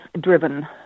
driven